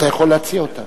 אתה יכול להציע אותה.